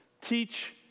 teach